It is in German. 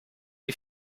die